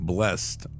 Blessed